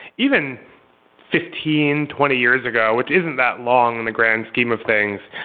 even fifteen, twenty years ago, which isn't that long in the grand scheme of things,